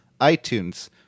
itunes